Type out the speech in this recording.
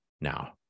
now